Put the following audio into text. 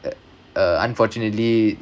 that uh unfortunately